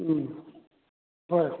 ꯎꯝ ꯍꯣꯏ